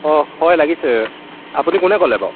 অঁ হয় লাগিছে আপুনি কোনে ক'লে বাৰু